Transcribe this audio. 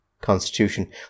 Constitution